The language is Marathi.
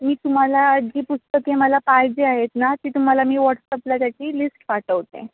मी तुम्हाला जी पुस्तके मला पाहिजे आहेत ना ती तुम्हाला मी वॉट्सअपला त्याची लिस्ट पाठवते